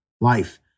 life